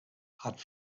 hat